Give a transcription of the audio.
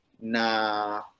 na